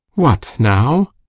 what, now?